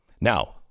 now